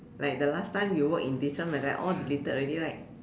like the last time you work in Deithelm like that all deleted already right